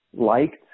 liked